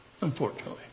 Unfortunately